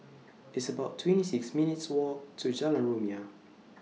It's about twenty six minutes' Walk to Jalan Rumia